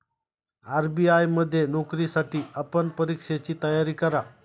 RBI मध्ये नोकरीसाठी आपण परीक्षेची तयारी करा